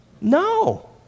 No